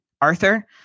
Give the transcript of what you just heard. Arthur